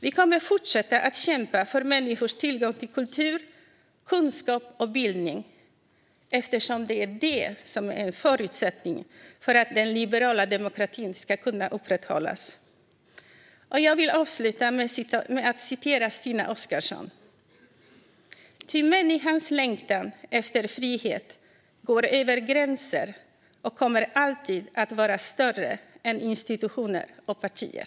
Vi kommer att fortsätta kämpa för människors tillgång till kultur, kunskap och bildning eftersom det är en förutsättning för att den liberala demokratin ska kunna upprätthållas. Jag vill avsluta med att citera Stina Oscarsson: "Ty människans längtan efter frihet går över gränser och kommer alltid att vara större än institutioner och partier."